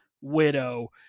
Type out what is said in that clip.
Widow